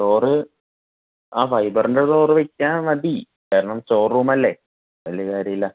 door ആ ഫൈബർന്റെ door വച്ചാൽ മതി കാരണം സ്റ്റോറൂമല്ലേ വലിയ കാര്യമില്ല